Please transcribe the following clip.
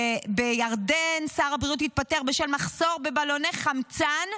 בירדן שר הבריאות התפטר בשל מחסור בבלוני חמצן,